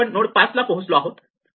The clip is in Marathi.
नोड 5 ला आपण पोहोचलो आहोत